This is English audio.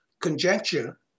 conjecture